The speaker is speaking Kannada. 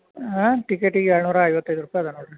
ಹಾಂ ಟಿಕೆಟಿಗ ಏಳ್ನೂರ ಐವತ್ತೈದು ರೂಪಾಯಿ ಅದ ನೋಡ್ರಿ